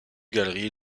galeries